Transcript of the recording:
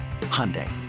Hyundai